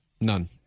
None